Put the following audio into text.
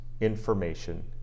information